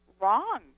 wrong